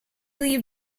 leave